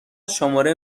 شماره